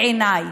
בעיניי,